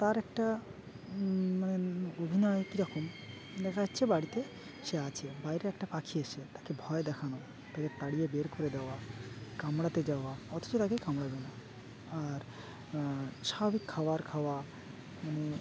তার একটা মানে অভিনয় একটি যখন দেখা যাচ্ছে বাড়িতে সে আছে বাইরে একটা পাখি এসে তাকে ভয় দেখানো তাকে তাড়িয়ে বের করে দেওয়া কামড়াতে যাওয়া অথচ তাকে কামড় দেয় না আর স্বাভাবিক খাবার খাওয়া মানে